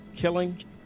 killing